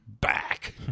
Back